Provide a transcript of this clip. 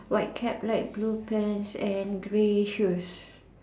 white cap light blue pants and grey shoes